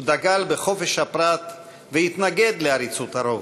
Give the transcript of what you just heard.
הוא דגל בחופש הפרט והתנגד לעריצות הרוב.